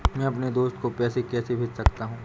मैं अपने दोस्त को पैसे कैसे भेज सकता हूँ?